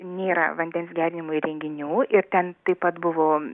nėra vandens gerinimo įrenginių ir ten taip pat buvo